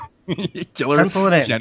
killer